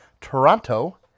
toronto